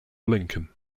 lincoln